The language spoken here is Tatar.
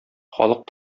халык